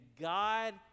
God